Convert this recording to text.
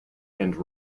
and